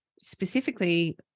specifically